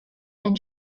and